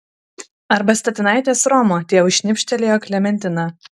arba statinaitės romo tėvui šnipštelėjo klementina